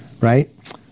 right